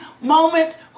moment